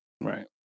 Right